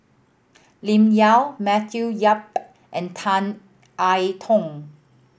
Lim Yau Matthew Yap and Tan I Tong